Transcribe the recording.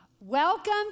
Welcome